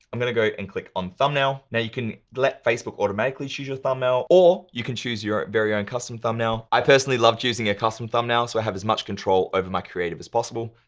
i'm gonna go and click on thumbnail now you can let facebook automatically choose your thumbnail or, you can choose your very own custom thumbnail. i personally love choosing a custom thumbnail so, i have as much control over my creative as possible.